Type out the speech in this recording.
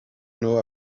know